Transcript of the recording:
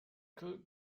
could